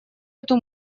эту